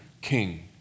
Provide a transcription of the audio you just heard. king